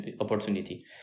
opportunity